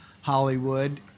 Hollywood